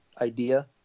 idea